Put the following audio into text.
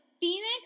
Phoenix